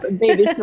baby